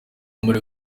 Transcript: muri